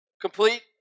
complete